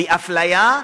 באפליה,